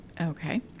Okay